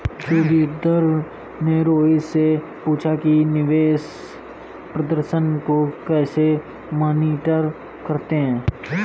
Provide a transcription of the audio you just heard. जोगिंदर ने रोहित से पूछा कि निवेश प्रदर्शन को कैसे मॉनिटर करते हैं?